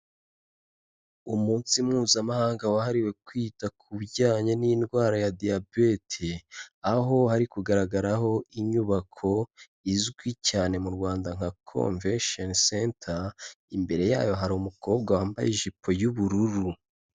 Umunsi mpuzamahanga wahariwe kwita ku bijyanye n'indwara ya Diyabete, aho hari kugaragaraho inyubako izwi cyane mu Rwanda nka convention center, imbere yayo hari umukobwa wambaye ijipo y'ubururu.